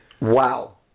Wow